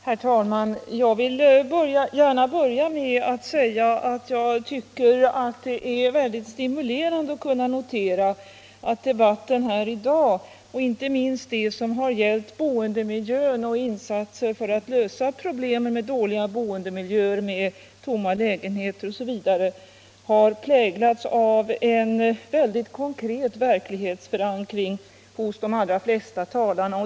Herr talman! Jag vill börja med att säga att det är mycket stimulerande att kunna notera att debatten här i dag, inte minst i vad den gällt insatserna för att lösa problemen med dåliga boendemiljöer, tomma lägenheter osv., har präglats av en stark verklighetsförankring hos de allra flesta talarna.